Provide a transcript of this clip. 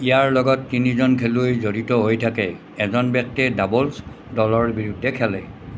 ইয়াৰ লগত তিনিজন খেলুৱৈ জড়িত হৈ থাকে এজন ব্যক্তিয়ে ডাবোল্ছ দলৰ বিৰুদ্ধে খেলে